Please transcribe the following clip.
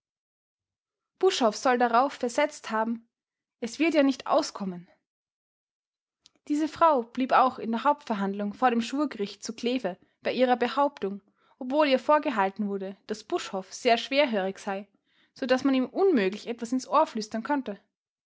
buschhoff soll darauf versetzt haben es wird ja nicht auskommen diese frau blieb auch in der hauptverhandlung vor dem schwurgericht zu kleve bei ihrer behauptung obwohl ihr vorgehalten wurde daß buschhoff sehr schwerhörig sei so daß man ihm unmöglich etwas ins ohr flüstern konnte